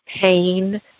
pain